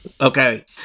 Okay